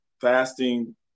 fasting